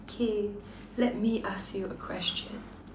okay let me ask you a question